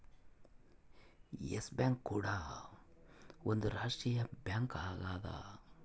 S bank ಕೂಡ ಒಂದ್ ರಾಷ್ಟ್ರೀಯ ಬ್ಯಾಂಕ್ ಆಗ್ಯದ